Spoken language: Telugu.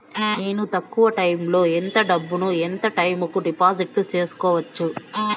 నేను తక్కువ టైములో ఎంత డబ్బును ఎంత టైము కు డిపాజిట్లు సేసుకోవచ్చు?